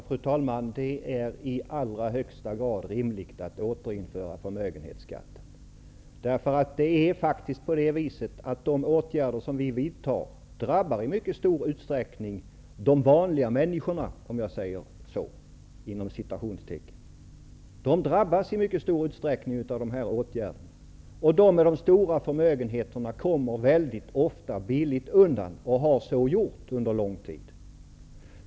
Fru talman! Det är i allra högsta grad rimligt att återinföra förmögenhetsskatten. De åtgärder vi nu vidtar drabbar i mycket stor utsträckning de ''vanliga människorna''. De med stora förmögenheter kommer ofta väldigt billigt undan och har så gjort under lång tid.